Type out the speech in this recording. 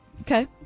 Okay